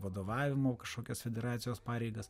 vadovavimo kažkokias federacijos pareigas